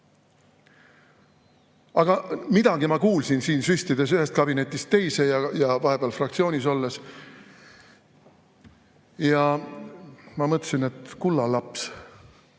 Aga midagi ma kuulsin, süstides ühest kabinetist teise ja vahepeal fraktsioonis olles. Ja ma mõtlesin, et kulla laps,